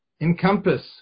encompass